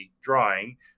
drawing